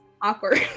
awkward